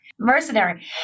Mercenary